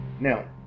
Now